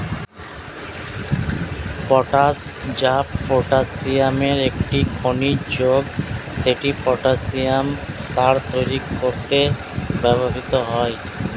potash, যা পটাসিয়ামের একটি খনিজ যৌগ, সেটি পটাসিয়াম সার তৈরি করতে ব্যবহৃত হয়